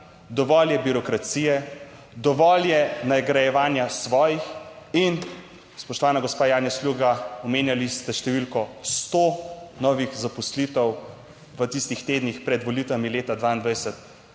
Dovolj je birokracije. Dovolj je nagrajevanja svojih. In spoštovana gospa Janja Sluga, omenjali ste številko 100 novih zaposlitev v tistih tednih pred volitvami leta 2022;